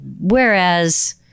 Whereas